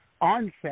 onset